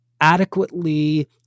adequately